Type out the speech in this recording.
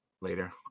later